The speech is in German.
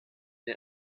dem